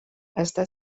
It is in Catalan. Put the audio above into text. està